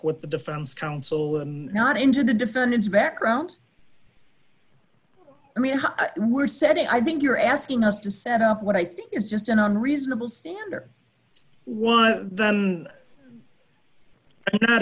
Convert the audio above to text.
with the defense counsel and not into the defendant's background i mean we're setting i think you're asking us to set up what i think is just an unreasonable standard one then